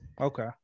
okay